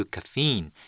Caffeine